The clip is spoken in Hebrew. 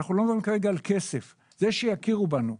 אנחנו לא מדברים כרגע על כסף אלא שיכירו בנו.